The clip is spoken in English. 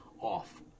off